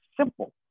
simple